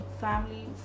family